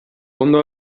ondo